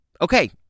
Okay